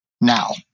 now